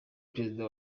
perezida